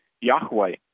Yahweh